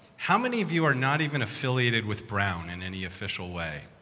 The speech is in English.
how many of you are not even affiliated with brown in any official way?